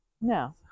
No